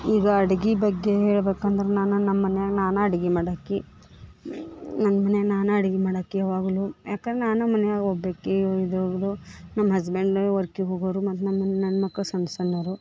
ಈಗ ಅಡ್ಗಿ ಬಗ್ಗೆ ಹೇಳ್ಬೇಕಂದ್ರ ನಾನು ನಮ್ಮ ಮನ್ಯಾಗ ನಾನು ಅಡ್ಗಿ ಮಾಡಕಿ ನನ್ನ ಮನ್ಯಾಗ ನಾನು ಅಡ್ಗಿ ಮಾಡಕಿ ಯಾವಾಗಲು ಯಾಕಂದ್ರ ನಾನು ಮನ್ಯಾಗ ಒಬ್ಬಾಕಿ ಇದೂರು ನಮ್ಮ ಹಸ್ಬೆಂಡ ವರ್ಕಿಗ್ ಹೋಗೋರು ಮತ್ತು ನನ್ನ ನನ್ನ ಮಕ್ಕಳು ಸಣ್ಣ್ ಸಣ್ಣವ್ರು